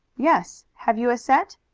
yes have you a set?